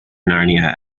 narnia